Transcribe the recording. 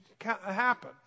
happen